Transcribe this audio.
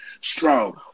strong